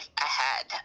ahead